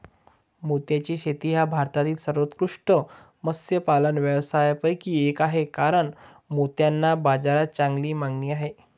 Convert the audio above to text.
मोत्याची शेती हा भारतातील सर्वोत्कृष्ट मत्स्यपालन व्यवसायांपैकी एक आहे कारण मोत्यांना बाजारात चांगली मागणी आहे